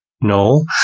No